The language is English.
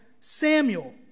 Samuel